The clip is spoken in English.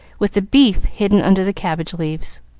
with the beef hidden under the cabbage leaves.